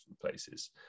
places